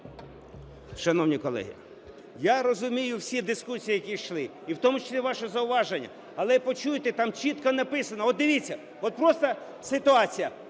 Шановні колеги, я розумію всі дискусії, які йшли, і в тому числі ваше зауваження, але почуйте, там чітко написано. От дивіться, от просто ситуація.